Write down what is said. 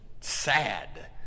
sad